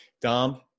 Dom